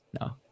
No